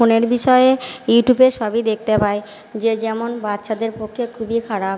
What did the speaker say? ফোনের বিষয়ে ইউটিউবে সবই দেখতে পাই যে যেমন বাচ্চাদের পক্ষে খুবই খারাপ